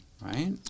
right